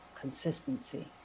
consistency